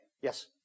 Yes